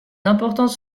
importantes